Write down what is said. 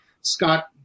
Scott